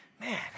man